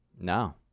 No